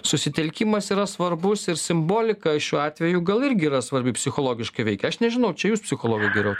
susitelkimas yra svarbus ir simbolika šiuo atveju gal irgi yra svarbi psichologiškai veikia aš nežinau čia jūs psichologai geriau